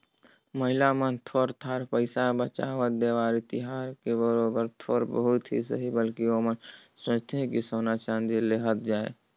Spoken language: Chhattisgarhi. महिला मन थोर थार पइसा बंचावत, देवारी तिहार में बरोबेर थोर बहुत ही सही बकि ओमन सोंचथें कि सोना चाँदी लेहल जाए